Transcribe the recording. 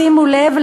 שימו לב,